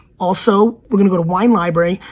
also, we're gonna go to wine library,